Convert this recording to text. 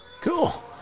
cool